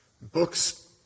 Books